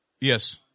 Yes